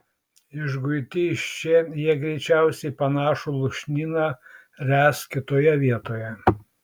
išguiti iš čia jie greičiausiai panašų lūšnyną ręs kitoje vietoje